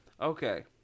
Okay